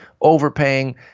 Overpaying